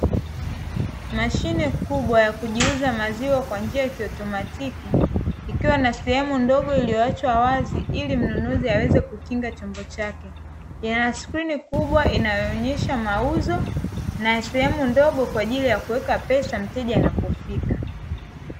Mashine kubwa ya kujiuza maziwa kwa njia ya kiotomatiki, ikiwa na sehemu ndogo iliyoachwa wazi ili mnunuzi aweze kukinga chombo chake, ina skrini kubwa inayo onyesha mauzo, na sehemu ndogo kwa ajili ya kuweka pesa mteja anapofika.